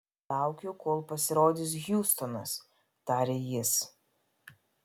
laukiu kol pasirodys hjustonas tarė jis